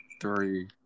three